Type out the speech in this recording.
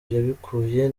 yabikuye